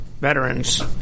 veterans